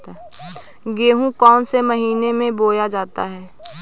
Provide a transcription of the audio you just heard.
गेहूँ कौन से महीने में बोया जाता है?